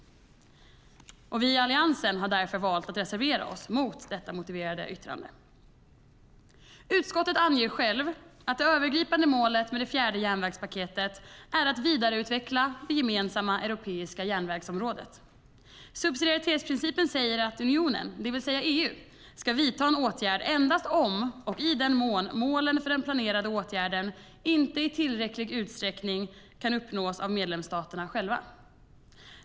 Vi i Alliansen har därför valt att reservera oss mot detta motiverade yttrande. Utskottet självt anger att det övergripande målet med det fjärde järnvägspaketet är att vidareutveckla det gemensamma europeiska järnvägsområdet. Subsidiaritetsprincipen säger att unionen, det vill säga EU, ska vidta en åtgärd endast om och i den mån målen för den planerade åtgärden inte i tillräcklig utsträckning kan uppnås av medlemsstaterna själva.